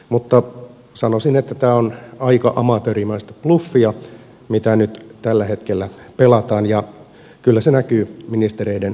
mutta sanoisin että tämä on aika amatöörimäistä bluffia mitä nyt tällä hetkellä pelataan ja kyllä se näkyy ministereiden naamasta